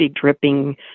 dripping